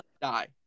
die